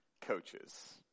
coaches